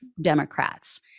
democrats